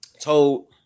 Told